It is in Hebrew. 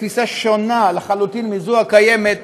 בתפיסה שונה לחלוטין מזו הקיימת,